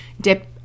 dip